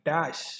dash